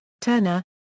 Turner